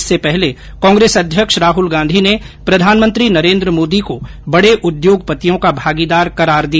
इससे पहले कांग्रेस अध्यक्ष राहल गांधी ने प्रधानमंत्री नरेन्द्र मोदी को बडे उद्योगपतियों का भागीदार करार दिया